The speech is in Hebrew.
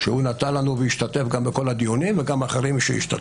הוא השתתף בכל הדיונים, וגם אחרים השתתפו.